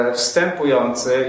wstępujący